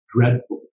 dreadful